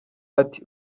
ati